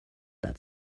that